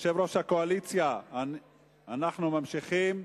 יושב ראש-הקואליציה, אנחנו ממשיכים.